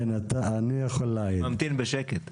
ממתין בשקט.